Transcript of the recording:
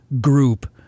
group